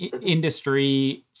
industry